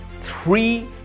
three